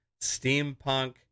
steampunk